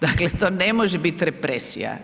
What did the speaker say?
Dakle, to ne može biti represija.